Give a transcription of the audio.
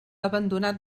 abandonat